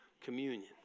Communion